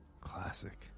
classic